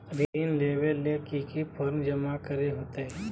ऋण लेबे ले की की फॉर्म जमा करे होते?